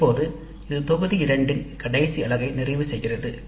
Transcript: இப்போது இது தொகுதி 2 இன் கடைசி பகுதியை நிறைவு செய்கிறது